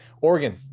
Oregon